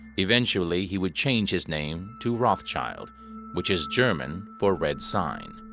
eventually, he would change his name to rothschild which is german for red sign.